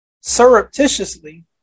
surreptitiously